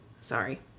sorry